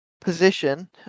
position